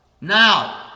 Now